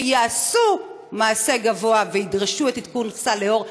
שיעשו מעשה גבוה וידרשו את עדכון סל לאור,